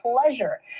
pleasure